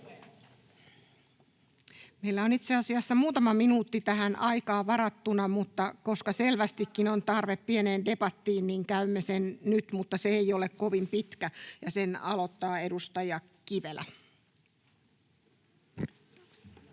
Meillä on itse asiassa muutama minuutti tähän aikaa varattuna, mutta koska selvästikin on tarve pieneen debattiin, niin käymme sen nyt. Mutta se ei ole kovin pitkä. — Ja sen aloittaa edustaja Kivelä.